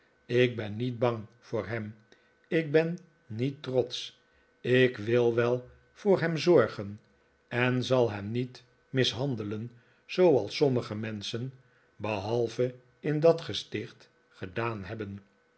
ik ben niet bang voor hem ik ben niet trotsch ik wil wel voor hem zorgen en zal hem niet mishandelen zooals sommige menschen behalve in dat gesticht gedaan hebben